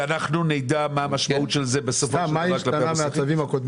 ואנחנו נדע מה המשמעות של זה בסופו של דבר כלפי התעשיינים הקטנים?